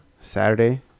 Saturday